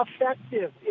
effective